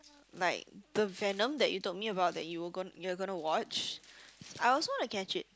like the Venom that you told me about that you were gon~ you were gonna watch I also want to catch it